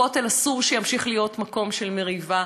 הכותל, אסור שימשיך להיות מקום של מריבה.